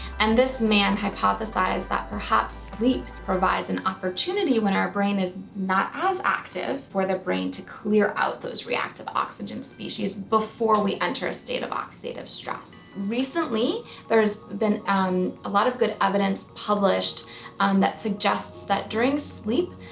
and this man hypothesized that perhaps sleep provides an opportunity when our brain is not as active, for the brain to clear out those reactive oxygen species before we enter a state of oxidative stress. recently there's been um a lot of good evidence published um that suggests that during